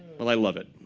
well i love it.